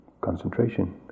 concentration